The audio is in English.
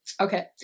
Okay